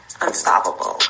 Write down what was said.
unstoppable